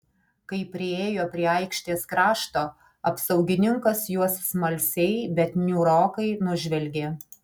kai priėjo prie aikštės krašto apsaugininkas juos smalsiai bet niūrokai nužvelgė